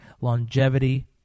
longevity